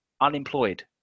unemployed